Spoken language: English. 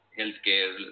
healthcare